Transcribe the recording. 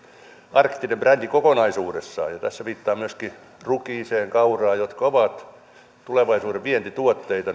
arktinen brändi kokonaisuudessaan tässä viittaan myöskin rukiiseen ja kauraan jotka ovat tulevaisuuden vientituotteita